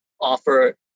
offer